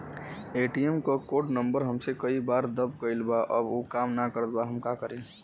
ATM क code number हमसे कई बार दब गईल बा अब उ काम ना करत बा हम का करी?